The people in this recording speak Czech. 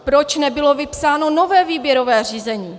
Proč nebylo vypsáno nové výběrové řízení?